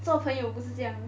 做朋友不是这样 meh